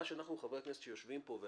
חברי הכנסת שיושבים פה,